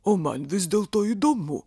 o man vis dėlto įdomu